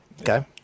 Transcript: Okay